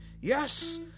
Yes